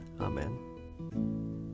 Amen